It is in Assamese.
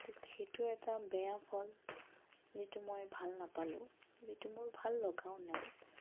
তো সেইটো এটা বেয়া ফল যিটো মই ভাল নাপালোঁ যিটো মোৰ ভাল লগাও নাই